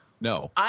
No